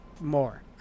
more